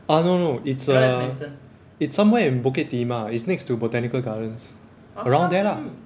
ah no no it's err it's somewhere in bukit timah is next to botanical gardens around there lah